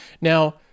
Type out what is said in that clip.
Now